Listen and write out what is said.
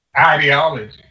ideology